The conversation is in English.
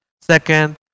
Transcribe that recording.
Second